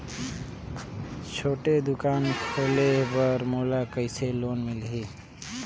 छोटे दुकान खोले बर मोला कइसे लोन मिलही?